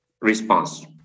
response